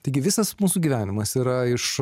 taigi visas mūsų gyvenimas yra iš